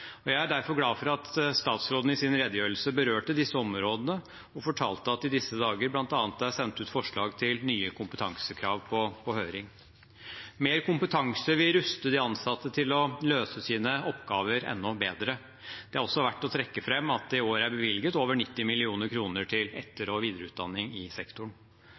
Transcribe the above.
Jeg er derfor glad for at statsråden i sin redegjørelse berørte disse områdene og fortalte at det i disse dager bl.a. er sendt ut forslag til nye kompetansekrav på høring. Mer kompetanse vil ruste de ansatte til å løse sine oppgaver enda bedre. Det er også verdt å trekke fram at det i år er bevilget over 90 mill. kr til etter- og videreutdanning i sektoren.